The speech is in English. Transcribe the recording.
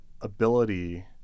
ability